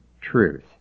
truth